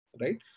right